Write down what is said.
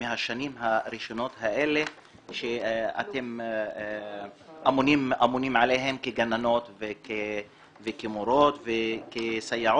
מהשנים הראשונות האלה שאתם אמונים עליהם כגננות וכמורות וכסייעות.